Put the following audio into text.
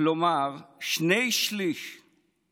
כלומר שני שלישים